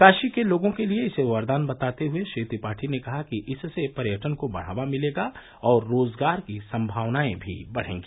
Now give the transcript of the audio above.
काशी के लोगों के लिये इसे वरदान बताते हुये श्री त्रिपाठी ने कहा कि इससे पर्यटन को बढावा मिलेगा और रोजगार की सम्भावनायें भी बढेंगी